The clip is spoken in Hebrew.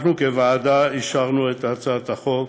אנחנו, כוועדה, אישרנו את הצעת החוק,